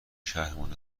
شهرمان